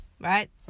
right